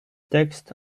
text